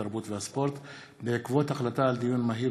התרבות והספורט בעקבות דיון מהיר